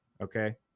okay